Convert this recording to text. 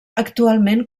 actualment